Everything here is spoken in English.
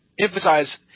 emphasize